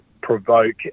provoke